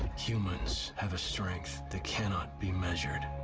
humans have a strength that cannot be measured.